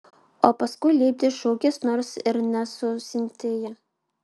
o paskui lipdei šukes nors ir ne su sintija